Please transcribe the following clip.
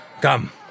come